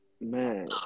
Man